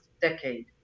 decade